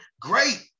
Great